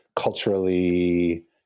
culturally